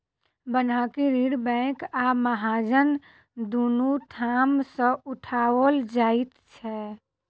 बन्हकी ऋण बैंक आ महाजन दुनू ठाम सॅ उठाओल जाइत छै